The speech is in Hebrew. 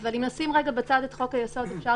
אבל אם נשים לרגע בצד את חוק היסוד אפשר